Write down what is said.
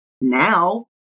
now